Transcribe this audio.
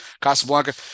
Casablanca